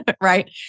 right